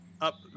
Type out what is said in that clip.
up